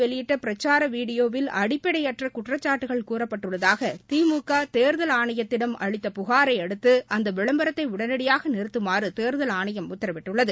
வெளியிட்ட பிரச்சார வீடியோவில் அடப்படையற்ற அஇஅதிமுக குற்றச்சாட்டுக்கள் கூறப்பட்டள்ளதாக திமுக தேர்தல் ஆணையத்திடம் அளித்த புகாரை அடுத்து அந்த விளம்பரத்தை உடனடியாக நிறத்தமாறு தேர்தல் ஆணையம் உத்தரவிட்டுள்ளது